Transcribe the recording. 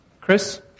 Chris